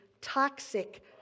toxic